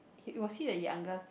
he was he the youngest